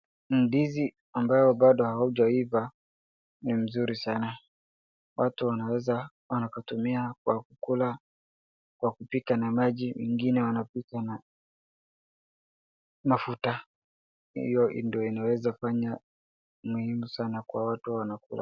Ndizi ambayo bado haujaiva ni mzuri sana, watu wanaweza pia na kutumia kwa kula kwa kupika na maji, wengine wanapika na mafuta, hiyo ndio inaweza fanya muhimu sana kwa watu wanakula.